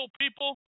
people